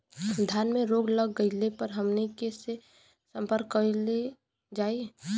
धान में रोग लग गईला पर हमनी के से संपर्क कईल जाई?